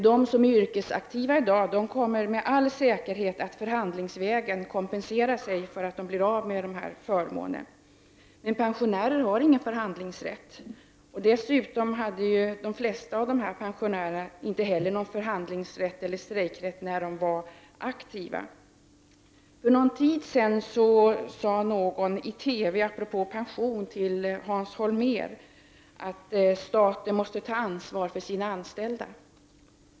De som är yrkesaktiva i dag kommer med all säkerhet att förhandlingsvägen kompensera sig för att de blir av med dessa förmåner, men pensionärer har ingen förhandlingsrätt. Dessutom hade de flesta av dessa pensionärer inte heller någon förhandlingsrätt eller strejkrätt när de var aktiva. För en tid sedan sade någon i TV apropå pension till Hans Holmér att staten måste ta ansvar för sina anställda.